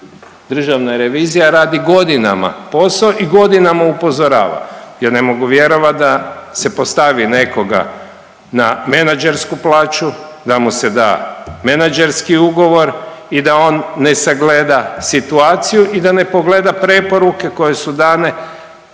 Državna revizija radi godinama posao i godinama upozorava. Ja ne mogu vjerovati da se postavi nekoga na menadžersku plaću, da mu se da menadžerski ugovor i da on ne sagleda situaciju i da ne pogleda preporuke koje su dane